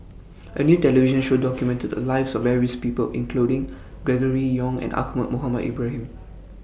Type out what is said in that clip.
A New television Show documented The Lives of various People including Gregory Yong and Ahmad Mohamed Ibrahim